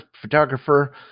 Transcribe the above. photographer